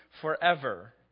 forever